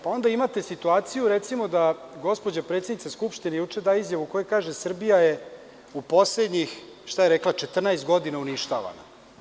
Pa onda imate situaciju da, recimo, gospođa predsednica Skupštine juče da izjavu u kojoj kaže – Srbija je u poslednjih 14 godina uništavana.